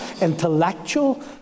intellectual